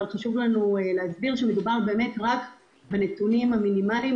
אבל חשוב לנו להסביר שמדובר רק בנתונים המינימליים,